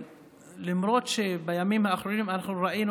למרות שבימים האחרונים אנחנו ראינו,